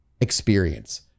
experience